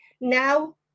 now